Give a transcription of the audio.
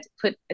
put